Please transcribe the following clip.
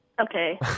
Okay